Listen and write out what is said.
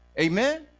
Amen